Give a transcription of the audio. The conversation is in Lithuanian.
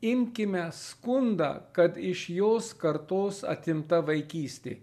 imkime skundą kad iš jos kartos atimta vaikystė